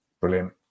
Brilliant